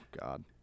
God